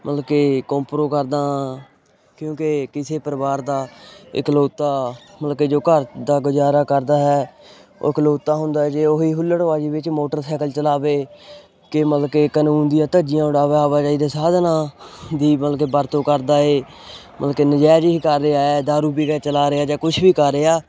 ਮਤਲਬ ਕਿ ਕੋਂਪਰੋ ਕਰਦਾ ਹਾਂ ਕਿਉਂਕਿ ਕਿਸੇ ਪਰਿਵਾਰ ਦਾ ਇਕਲੌਤਾ ਮਤਲਬ ਕਿ ਜੋ ਘਰ ਦਾ ਗੁਜ਼ਾਰਾ ਕਰਦਾ ਹੈ ਉਹ ਇਕਲੌਤਾ ਹੁੰਦਾ ਜੇ ਉਹ ਹੀ ਹੁੱਲੜਬਾਜੀ ਵਿੱਚ ਮੋਟਰਸਾਈਕਲ ਚਲਾਵੇ ਕਿ ਮਤਲਬ ਕਿ ਕਾਨੂੰਨ ਦੀਆਂ ਧੱਜੀਆਂ ਉਡਾਵੇ ਆਵਾਜਾਈ ਦੇ ਸਾਧਨਾ ਦੀ ਬਲਕਿ ਵਰਤੋਂ ਕਰਦਾ ਏ ਮਤਲਬ ਕਿ ਨਜ਼ਾਇਜ ਹੀ ਕਰ ਰਿਹਾ ਹੈ ਦਾਰੂ ਪੀ ਕੇ ਚਲਾ ਰਿਹਾ ਜਾਂ ਕੁਛ ਵੀ ਕਰ ਰਿਹਾ